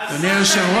על מי הם מגינים?